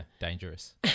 dangerous